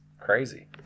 crazy